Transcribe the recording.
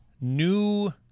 new